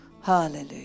Hallelujah